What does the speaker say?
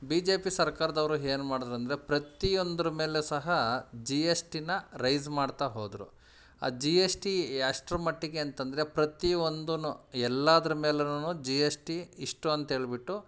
B J P ಸರ್ಕಾರದವರು ಏನ್ ಮಾಡಿದ್ರು ಅಂದರೆ ಪ್ರತಿಯೊಂದ್ರ ಮೇಲೆ ಸಹ ಜಿ ಎಸ್ ಟಿನ ರೈಝ್ ಮಾಡ್ತಾ ಹೋದರು ಆ ಜಿ ಎಸ್ ಟಿ ಎಷ್ಟರ ಮಟ್ಟಿಗೆ ಅಂತಂದರೆ ಪ್ರತಿ ಒಂದು ಎಲ್ಲದ್ರ ಮೇಲುನು ಜಿ ಎಸ್ ಟಿ ಇಷ್ಟು ಅಂತ ಹೇಳ್ಬಿಟ್ಟು